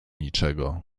niczego